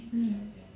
mm